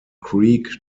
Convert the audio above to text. creek